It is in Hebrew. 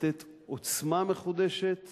לתת עוצמה מחודשת